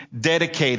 dedicated